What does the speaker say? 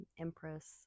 Empress